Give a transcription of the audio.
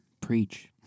Preach